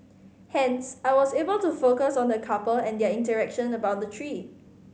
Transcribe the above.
hence I was able to focus on the couple and their interaction about the tree